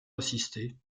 assistée